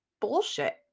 bullshit